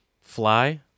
Fly